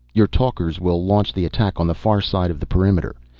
your talkers will launch the attack on the far side of the perimeter.